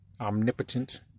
omnipotent